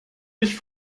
sich